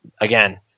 again